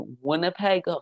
Winnipeg